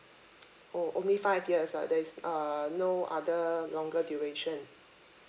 oh only five years ah there's uh no other longer duration